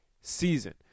season